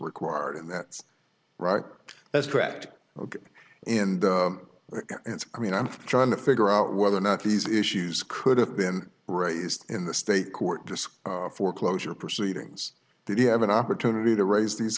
required and that's right that's correct but in the i mean i'm trying to figure out whether or not these issues could have been raised in the state court disc foreclosure proceedings did you have an opportunity to raise these